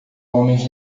homens